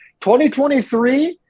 2023